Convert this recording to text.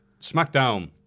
Smackdown